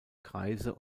kreise